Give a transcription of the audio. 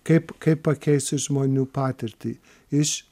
kaip kaip pakeisti žmonių patirtį iš